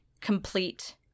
complete